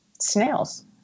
snails